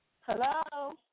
Hello